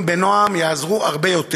דברים בנועם יעזרו הרבה יותר.